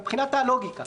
מבחינת הלוגיקה.